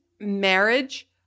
marriage